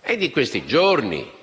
È di questi giorni